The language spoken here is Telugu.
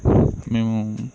మేము